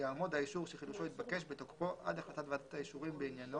יעמוד האישור שחידושו התבקש בתוקפו עד החלטת ועדת האישורים בעניינו